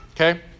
Okay